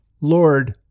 Lord